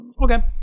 Okay